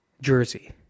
Jersey